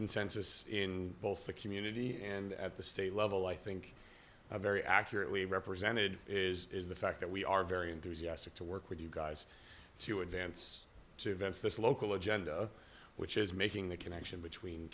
consensus in both the community and at the state level i think a very accurately represented is the fact that we are very enthusiastic to work with you guys to advance to advance this local agenda which is making the connection between